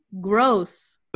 gross